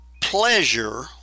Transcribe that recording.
pleasure